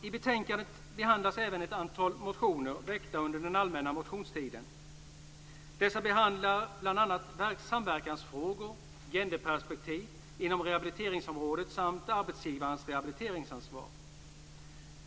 I betänkandet behandlas även ett antal motioner väckta under den allmänna motionstiden. Dessa gäller bl.a. samverkansfrågor, genderperspektiv inom rehabiliteringsområdet samt arbetsgivarens rehabiliteringsansvar.